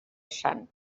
sant